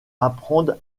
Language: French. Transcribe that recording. apprendre